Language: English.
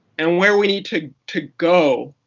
and where we need to to go,